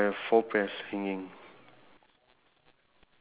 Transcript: no um w~ what was the person wearing